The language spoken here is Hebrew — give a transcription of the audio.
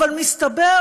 אבל מסתבר